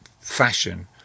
fashion